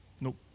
Nope